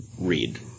read